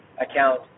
account